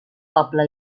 poble